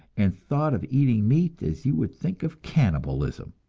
and thought of eating meat as you would think of cannibalism.